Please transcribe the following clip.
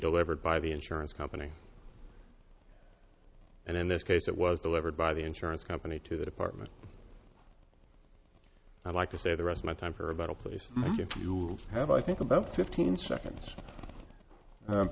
delivered by the insurance company and in this case it was delivered by the insurance company to the department i'd like to save the rest my time for about oh please if you have i think about fifteen seconds